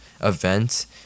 event